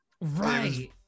right